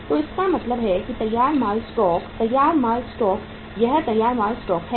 तो इसका मतलब है तैयार माल स्टॉक है